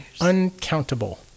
Uncountable